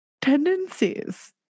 Tendencies